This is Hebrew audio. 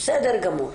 וזה בסדר גמור.